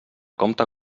compte